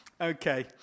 Okay